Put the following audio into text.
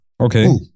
Okay